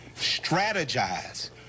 strategize